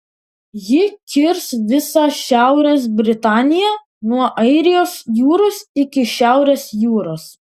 ji kirs visą šiaurės britaniją nuo airijos jūros iki šiaurės jūros